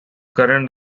current